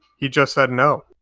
he just said no.